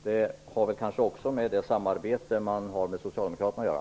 Det har kanske också med samarbetet med Socialdemokraterna att göra.